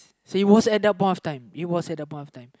so it was at that point of time